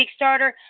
Kickstarter